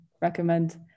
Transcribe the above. recommend